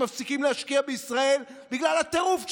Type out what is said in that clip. מפסיקים להשקיע בישראל בגלל הטירוף שלכם,